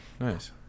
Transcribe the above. Nice